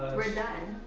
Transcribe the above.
we're done.